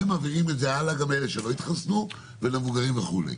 והם מעבירים את זה הלאה גם לאלה שלא התחסנו ולמבוגרים וכו'.